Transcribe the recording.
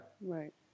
Right